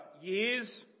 years